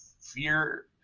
fear